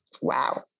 wow